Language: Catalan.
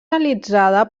realitzada